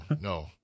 no